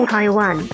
Taiwan